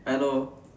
I know